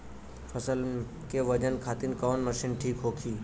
फसल के वजन खातिर कवन मशीन ठीक होखि?